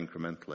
incrementally